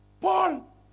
Paul